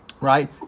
Right